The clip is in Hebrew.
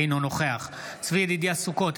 אינו נוכח צבי ידידיה סוכות,